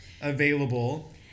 available